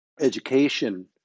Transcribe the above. education